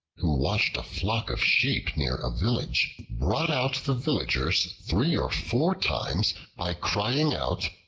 who watched a flock of sheep near a village, brought out the villagers three or four times by crying out,